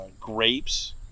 grapes